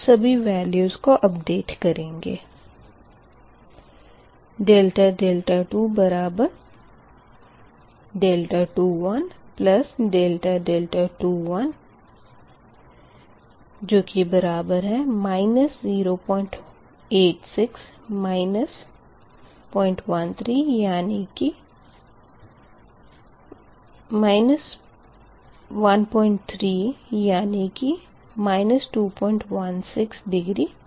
अब सभी वेल्यूस को अपडेट करेंगे ∆2 बराबर 2 ∆2 086 013 होगा यानी कि 216 डिग्री